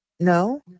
No